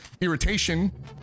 irritation